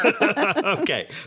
okay